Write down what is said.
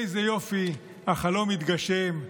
איזה יופי, החלום התגשם.